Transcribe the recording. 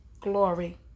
glory